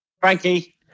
Frankie